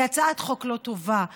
היא הצעת חוק לא טובה,